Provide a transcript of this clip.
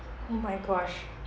oh my gosh